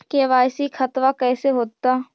KYC खतबा कैसे होता?